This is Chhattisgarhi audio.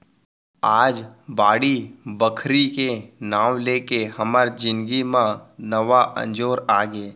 आज बाड़ी बखरी के नांव लेके हमर जिनगी म नवा अंजोर आगे